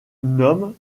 nomment